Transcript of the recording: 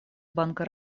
банка